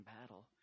battle